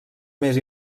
més